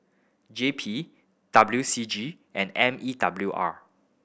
J P W C G and M E W R